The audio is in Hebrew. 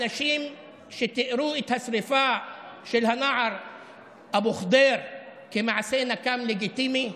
אנשים שתיארו את השרפה של הנער אבו ח'דיר כמעשה נקם לגיטימי?